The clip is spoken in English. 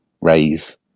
raise